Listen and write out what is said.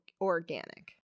organic